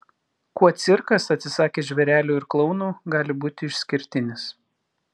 kuo cirkas atsisakęs žvėrelių ir klounų gali būti išskirtinis